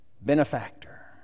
benefactor